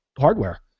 hardware